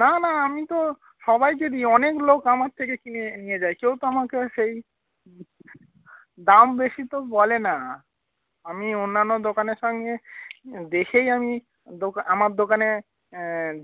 না না আমি তো সবাইকে দিই অনেক লোক আমার থেকে কিনে নিয়ে যায় কেউ তো আমাকে সেই দাম বেশি তো বলে না আমি অন্যান্য দোকানের সঙ্গে দেখেই আমি দোকা আমার দোকানে